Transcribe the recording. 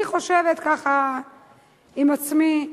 אני חושבת, ככה עם עצמי,